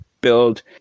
build